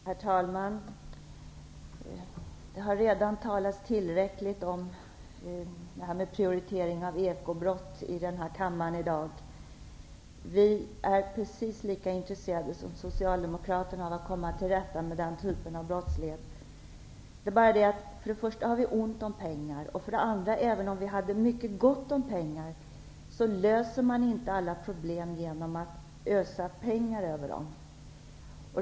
Herr talman! Det har i denna kammare i dag redan talats tillräckligt om prioritering av ekobrott. Vi är precis lika intresserade som Socialdemokraterna av att komma till rätta med den typen av brottslighet. Det är bara det att vi för det första har ont om pengar. För det andra, även om vi hade mycket gott om pengar, löser man inte alla problem genom att ösa ut pengar.